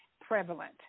prevalent